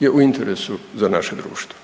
je u interesu za naše društvo.